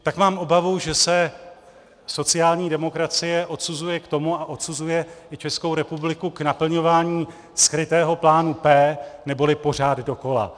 Tak mám obavu, že se sociální demokracie odsuzuje k tomu a odsuzuje i Českou republiku k naplňování skrytého plánu P, neboli pořád dokola.